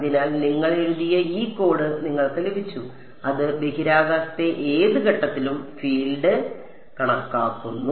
അതിനാൽ നിങ്ങൾ എഴുതിയ ഈ കോഡ് നിങ്ങൾക്ക് ലഭിച്ചു അത് ബഹിരാകാശത്തെ ഏത് ഘട്ടത്തിലും ഫീൽഡ് കണക്കാക്കുന്നു